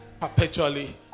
perpetually